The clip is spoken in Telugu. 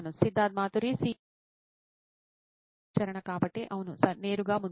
సిద్ధార్థ్ మాతురి CEO నోయిన్ ఎలక్ట్రానిక్స్ వ్యక్తిగత కార్యాచరణ కాబట్టి అవును నేరుగా ముందుకు